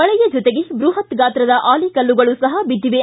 ಮಳೆಯ ಜೊತೆಗೆ ಬೃಹತ್ ಗಾತ್ರದ ಆಲಿಕಲ್ಲುಗಳು ಸಹ ಬಿದ್ದಿವೆ